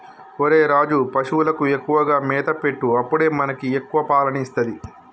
ఒరేయ్ రాజు, పశువులకు ఎక్కువగా మేత పెట్టు అప్పుడే మనకి ఎక్కువ పాలని ఇస్తది